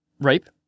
Rape